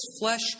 flesh